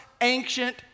ancient